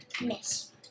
Miss